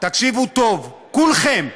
תקשיבו טוב, כולכם: